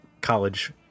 college